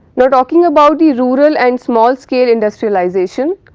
now, talking about the rural and small scale industrialisation.